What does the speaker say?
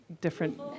different